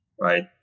right